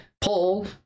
poll